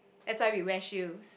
that's why we wear shoes